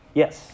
yes